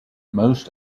most